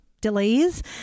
delays